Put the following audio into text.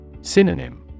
Synonym